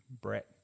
Brett